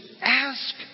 ask